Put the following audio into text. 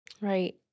Right